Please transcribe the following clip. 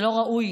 שלא ראוי